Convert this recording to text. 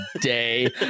day